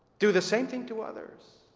do the same thing to others